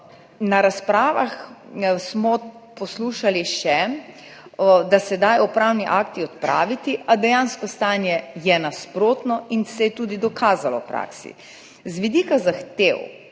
Na razpravah smo poslušali še, da se dajo upravni akti odpraviti, a dejansko stanje je nasprotno in se je tudi v praksi dokazalo. Z vidika zahtev